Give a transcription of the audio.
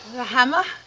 the hammer?